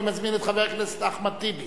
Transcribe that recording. אני מזמין את חבר הכנסת אחמד טיבי